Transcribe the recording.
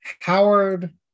Howard